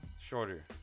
shorter